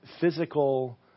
physical